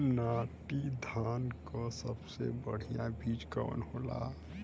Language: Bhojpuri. नाटी धान क सबसे बढ़िया बीज कवन होला?